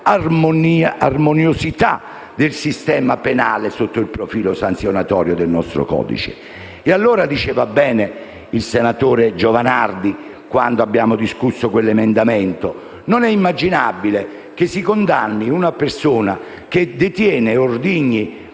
dell'armoniosità del sistema penale sotto il profilo sanzionatorio del nostro codice. Come opportunamente sosteneva il senatore Giovanardi quando abbiamo discusso quell'emendamento, non è allora immaginabile condannare una persona che detiene ordigni